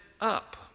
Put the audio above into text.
up